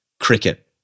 Cricket